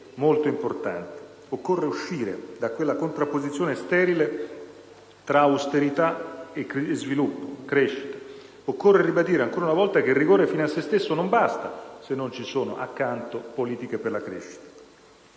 molto importante. Occorre uscire da quella contrapposizione sterile tra austerità e sviluppo e crescita. Occorre ribadire, ancora una volta, che il rigore fine a sé stesso non basta, se non ci sono accanto politiche per la crescita.